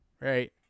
Right